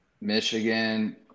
Michigan